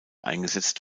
eingesetzt